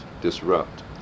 disrupt